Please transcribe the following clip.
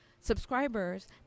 subscribers